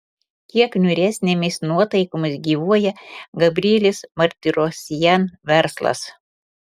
kiek niūresnėmis nuotaikomis gyvuoja gabrielės martirosian verslas